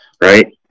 right